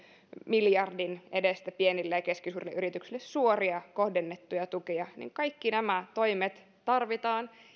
miljardin edestä pienille ja ja keskisuurille yrityksille suoria kohdennettuja tukia kaikki nämä toimet tarvitaan